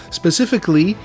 specifically